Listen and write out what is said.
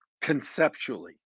conceptually